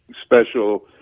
special